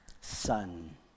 Son